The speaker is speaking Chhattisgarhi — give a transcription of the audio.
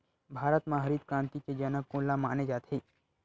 भारत मा हरित क्रांति के जनक कोन ला माने जाथे?